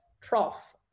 trough